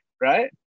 right